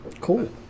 Cool